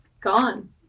gone